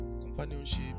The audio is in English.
Companionship